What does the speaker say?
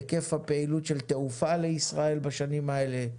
היקף הפעילות של תעופה לישראל בשנים האלה.